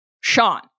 Sean